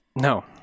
No